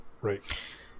Right